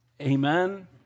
Amen